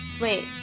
wait